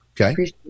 Okay